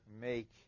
make